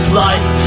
life